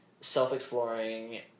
self-exploring